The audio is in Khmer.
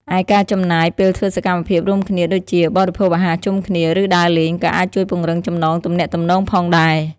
ឯការចំណាយពេលធ្វើសកម្មភាពរួមគ្នាដូចជា បរិភោគអាហារជុំគ្នា ឬដើរលេង ក៏អាចជួយពង្រឹងចំណងទំនាក់ទំនងផងដែរ។